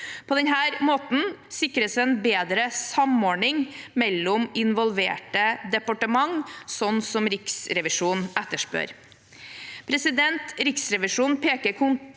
På denne måten sikres en bedre samordning mellom involverte departementer, slik Riksrevisjonen etterspør.